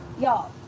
Y'all